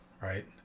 right